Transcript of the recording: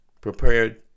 prepared